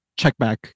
checkback